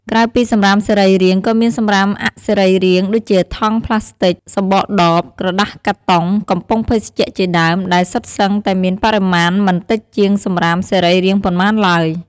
ក្រៅពីសំរាមសរីរាង្គ ក៏មានសំរាមអសរីរាង្គដូចជាថង់ប្លាស្ទិក សំបកដប ក្រដាសកាតុង កំប៉ុងភេសជ្ជៈជាដើម ដែលសុទ្ធសឹងតែមានបរិមាណមិនតិចជាងសំរាមសរីរាង្គប៉ុន្មានឡើយ។